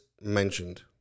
mentioned